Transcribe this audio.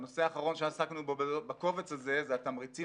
הנושא האחרון שעסקנו בו בקובץ הזה זה התמריצים